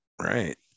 right